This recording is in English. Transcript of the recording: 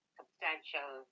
substantial